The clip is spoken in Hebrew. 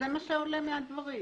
זה מה שעולה מהדברים.